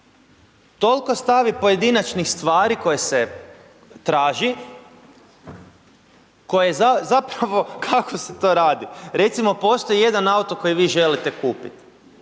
toliko stavi pojedinačnih stvari koje se traži, koje zapravo, kako se to radi? Recimo postoji jedan auto koji vi želite kupiti.